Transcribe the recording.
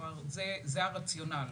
זה הרציונל.